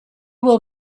will